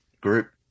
group